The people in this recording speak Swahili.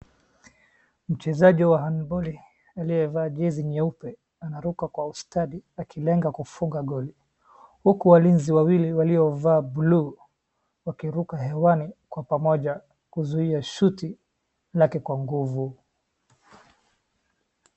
Mchezaji wa handboli aliyevaa jezi nyeupe anaruka kwa ustadi akilenga kufunga goli. Huku walinzi wawili waliovaa blue wakiruka hewani kwa pamoja kuzuia shuti lake kwa nguvu.